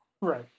right